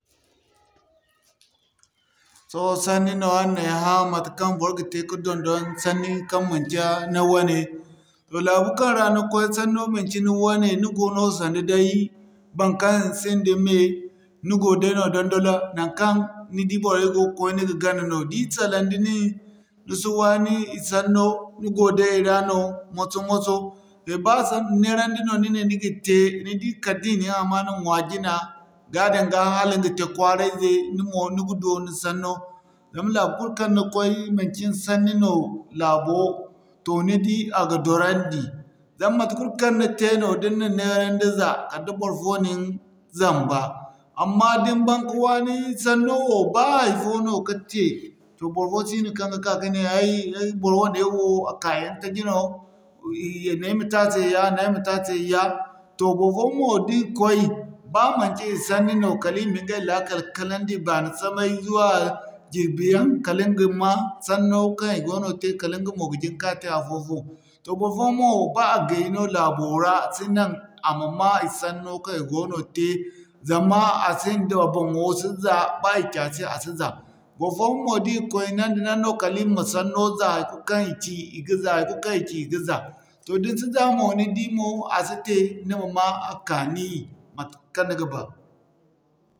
Sohõ sanni no araŋ na ay hã matekaŋ bor ga te ka dondon sanni kaŋ manci ni wane. Toh laabu kaŋ ra ni koy sanno manci ni wane ni go no sane day, baŋkaŋ sinda mey, ni go day no dondola naŋkaŋ ni di boray go koy ni ga gana no. Da i salaŋ da nin, ni si waani sanno ni go day i ra no, moso-moso eh ba neerandi no ni ne ni ga te, ni di kala da i na ni amaana ɲwa jina ga danga hala ni ga te kwaara ize. Ni mo ni ga doona sanno zama laabu kulu kaŋ ni koy, manci ni sanni no laabo, toh ni di a ga dorandi. Zama mate kul kaŋ ni te no da ni na neerandi za kala da barfo na ni zamba, amma da ni baŋ ka waani sanno wo ba hay'fo no ka te toh barfo sino kaŋ ga ka kane ay bor wane wo ka yaŋ taji no naŋ ay ma te a se ya, nan ay ma te a se ya. Toh barfoyaŋ mo da i koy ba manci i sanni no kala i ma ɲgay lakkal kanandi baani samay zuwa jirbi yaŋ kala ni ga ma sanno kaŋ i goono te, kala ɲga mo ga jin ka te afo-fo. Toh barfoyaŋ mo ba a gay no laabo ra a si naŋ a ma'ma i sanno kaŋ i goono te zama a sinda, boŋo si za, ba i ci a se a si za. Barfoyaŋ mo da i koy nan nda nan no kala i ma sanno za haikulu kaŋ i ci i ga za, haikulu kaŋ i ci i ga za. Toh da ni si za mo, ni di mo a si te ni ma'ma a kaani matekaŋ ni ga ba.